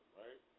right